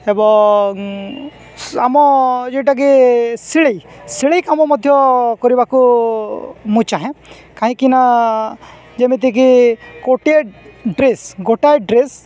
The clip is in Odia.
ଏବଂ ଆମ ଯେଉଁଟାକି ଶିଲେଇ ଶିଲେଇ କାମ ମଧ୍ୟ କରିବାକୁ ମୁଁ ଚାହେଁ କାହିଁକି ନା ଯେମିତିକି ଗୋଟିଏ ଡ୍ରେସ୍ ଗୋଟାଏ ଡ୍ରେସ୍